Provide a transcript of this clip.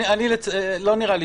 אני חושב אני עוד לא בסיכום.